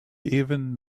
even